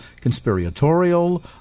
conspiratorial